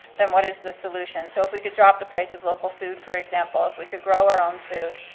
then what is the solution? so if we could drop the price of local food, for example, if we could grow our own food,